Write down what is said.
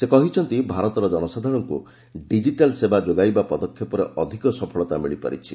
ସେ କହିଛନ୍ତି ଭାରତର ଜନସାଧାରଣଙ୍କୁ ଡିଜିଟାଲ୍ ସେବା ଯୋଗାଇବା ପଦକ୍ଷେପରେ ଅଧିକ ସଫଳତା ମିଳିପାରିଛି